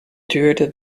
tuurde